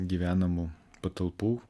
gyvenamų patalpų